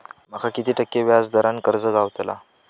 माका किती टक्के व्याज दरान कर्ज गावतला?